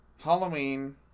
Halloween